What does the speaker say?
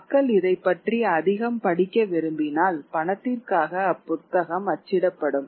மக்கள் இதைப் பற்றி அதிகம் படிக்க விரும்பினால் பணத்திற்காக அப்புத்தகம் அச்சிடப்படும்